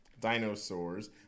Dinosaurs